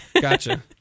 Gotcha